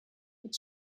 mit